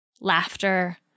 laughter